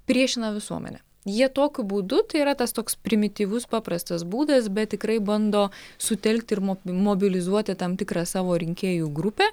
priešina visuomenę jie tokiu būdu tai yra tas toks primityvus paprastas būdas bet tikrai bando sutelkti ir mo mobilizuoti tam tikrą savo rinkėjų grupę